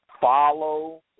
Follow